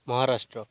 Maharashtra